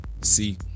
See